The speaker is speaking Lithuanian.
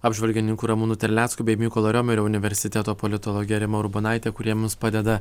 apžvalgininku ramūnu terlecku bei mykolo riomerio universiteto politologe rima urbonaite kurie mums padeda